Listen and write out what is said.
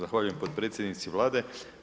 Zahvaljujem potpredsjednici Vlade.